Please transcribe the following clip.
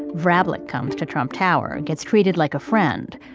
vrablic comes to trump tower, gets treated like a friend.